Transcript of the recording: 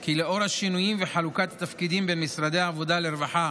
כי לאור השינויים וחלוקת התפקידים בין משרדי העבודה לרווחה